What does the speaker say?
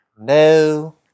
No